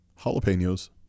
jalapenos